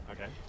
Okay